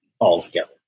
altogether